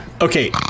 Okay